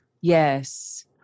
Yes